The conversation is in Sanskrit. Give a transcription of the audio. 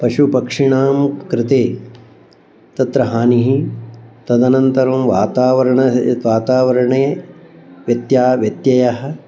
पशुपक्षिणां कृते तत्र हानिः तदनन्तरं वातावरणं यद् वातावरणे व्यत्ययः व्यत्ययः